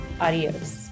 Adios